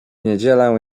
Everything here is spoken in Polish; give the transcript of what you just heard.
niedzielę